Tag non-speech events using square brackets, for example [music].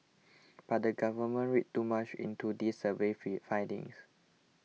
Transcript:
but the government read too much into these survey [unintelligible] findings